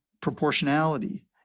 proportionality